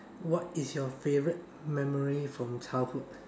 what is your favourite memory from childhood